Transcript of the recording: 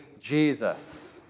Jesus